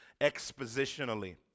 expositionally